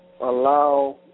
allow